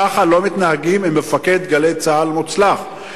כך לא מתנהגים למפקד "גלי צה"ל" מוצלח.